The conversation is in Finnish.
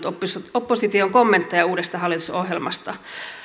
on kuunnellut opposition kommentteja uudesta hallitusohjelmasta